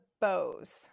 bows